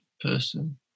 person